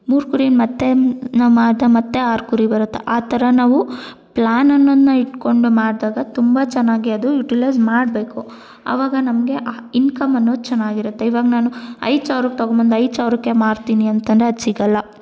ಮೂರು ಕುರಿನ ಮತ್ತು ನಾವು ಮಾರಿದ ಮತ್ತು ಆರು ಕುರಿ ಬರುತ್ತ ಆ ಥರ ನಾವು ಪ್ಲಾನ್ ಅನ್ನೋದನ್ನ ಇಟ್ಕೊಂಡು ಮಾಡಿದಾಗ ತುಂಬ ಚೆನ್ನಾಗಿ ಅದು ಯುಟಿಲೈಜ್ ಮಾಡಬೇಕು ಅವಾಗ ನಮಗೆ ಆ ಇನ್ಕಮ್ ಅನ್ನೋದು ಚೆನ್ನಾಗಿರುತ್ತೆ ಇವಾಗ ನಾನು ಐದು ಸಾವಿರಕ್ಕೆ ತಗೊಬಂದ್ ಐದು ಸಾವಿರಕ್ಕೆ ಮಾರ್ತಿನಿ ಅಂತಂದರೆ ಅದು ಸಿಗಲ್ಲ